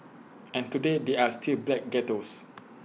and today there are still black ghettos